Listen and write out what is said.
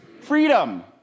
freedom